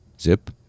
Zip